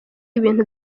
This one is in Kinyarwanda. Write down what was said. ibintu